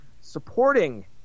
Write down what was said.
supporting